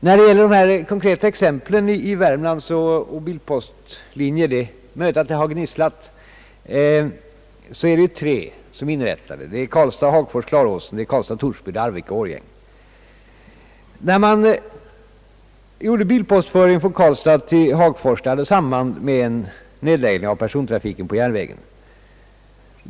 När det gäller de konkreta exemplen i Värmland är det möjligt att det förekommit gnissel. Det har inrättats tre bilpostlinjer, nämligen Karlstad—Hagfors—Klaråsen, Karlstad—Torsby och Arvika—Årjäng. När bilpostföringen på sträckan Karlstad—Hagfors infördes hade det samband med nedläggning av persontrafiken vid järnvägen.